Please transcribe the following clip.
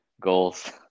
goals